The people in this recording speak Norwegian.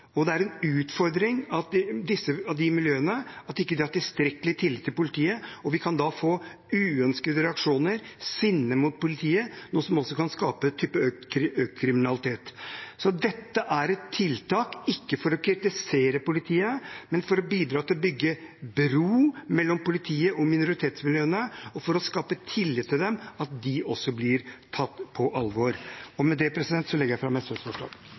har tilstrekkelig tillit til politiet, og vi kan da få uønskede reaksjoner, sinne mot politiet, noe som også kan skape en type økt kriminalitet. Dette er ikke et tiltak for å kritisere politiet, men for å bidra til å bygge bro mellom politiet og minoritetsmiljøene og for å skape tillit til at de også blir tatt på alvor. Med dette legger jeg fram SVs forslag.